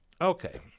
Okay